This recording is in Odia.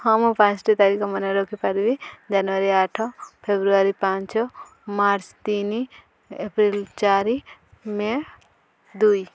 ହଁ ମୁଁ ପାଞ୍ଚୋଟି ତାରିଖ ମନେ ରଖିପାରିବି ଜାନୁଆରୀ ଆଠ ଫେବୃଆରୀ ପାଞ୍ଚ ମାର୍ଚ୍ଚ ତିନି ଏପ୍ରିଲ୍ ଚାରି ମେ' ଦୁଇ